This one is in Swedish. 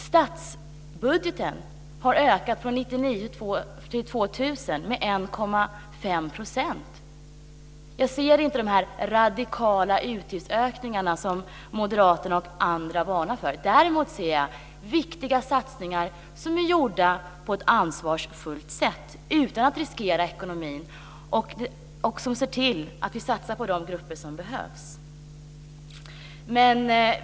Statsbudgeten har från år 1999 till år 2000 ökat med 1,5 %. Jag ser inte de radikala utgiftsökningar som moderaterna och andra varnar för. Däremot ser jag viktiga satsningar gjorda på ett ansvarsfullt sätt utan att riskera ekonomin. Vi ser till att satsa på de grupper som behöver det.